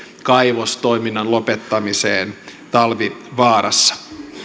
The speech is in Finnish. kaivostoiminnan lopettamiseen talvivaarassa